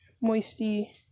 Moisty